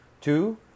two